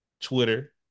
Twitter